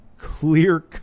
Clear